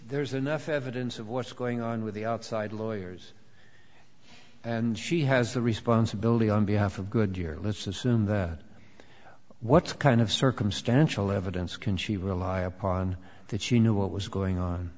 there's enough evidence of what's going on with the outside lawyers and she has a responsibility on behalf of goodyear let's assume that what kind of circumstantial evidence can she rely upon that she knew what was going on